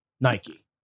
Nike